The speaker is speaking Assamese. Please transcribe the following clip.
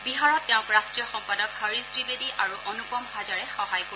বিহাৰত তেওঁক ৰাষ্ট্ৰীয় সম্পাদক হৰিশ দ্বিবেদী আৰু অনুপম হাজাৰে সহায় কৰিব